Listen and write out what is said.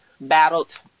battled